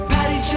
Patty